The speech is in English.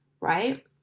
right